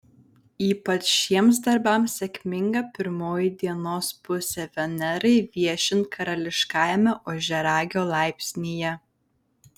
ypač šiems darbams sėkminga pirmoji dienos pusė venerai viešint karališkajame ožiaragio laipsnyje